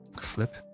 flip